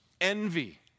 Envy